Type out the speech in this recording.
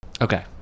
okay